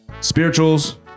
spirituals